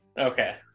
Okay